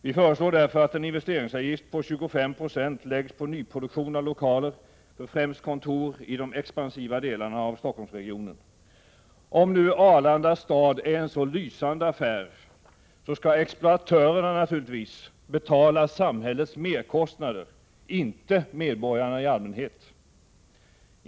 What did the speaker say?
Vi föreslår därför att en investeringsavgift på 25 20 läggs på nyproduktionen av lokaler för främst kontor i de expansiva delarna av Stockholmsregionen. Om Arlanda stad är en så lysande affär som det sägs, skall exploatörerna naturligtvis betala samhällets merkostnader, inte medborgarna i allmänhet.